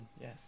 Yes